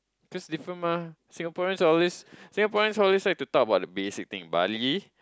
cause different mah Singaporean always Singaporean always like to talk about the basic things Bali